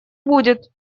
будет